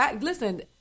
Listen